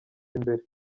imbere